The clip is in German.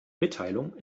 mitteilung